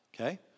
okay